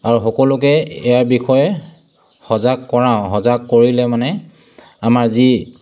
আৰু সকলোকে ইয়াৰ বিষয়ে সজাগ কৰাওঁ সজাগ কৰিলে মানে আমাৰ যি